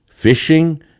Fishing